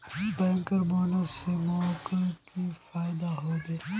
bankers bonus स मोक की फयदा हबे